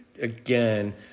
again